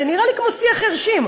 זה נראה לי כמו שיח חירשים.